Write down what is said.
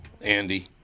Andy